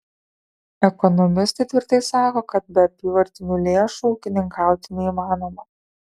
ekonomistai tvirtai sako kad be apyvartinių lėšų ūkininkauti neįmanoma